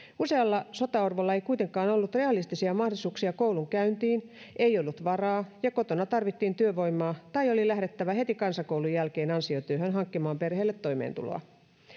usealla sotaorvolla ei kuitenkaan ollut realistisia mahdollisuuksia koulunkäyntiin ei ollut varaa ja kotona tarvittiin työvoimaa tai oli lähdettävä heti kansakoulun jälkeen ansiotyöhön hankkimaan perheelle toimeentuloa